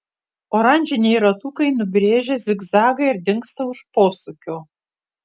oranžiniai ratukai nubrėžia zigzagą ir dingsta už posūkio